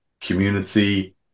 community